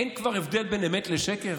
אין כבר הבדל בין אמת לשקר?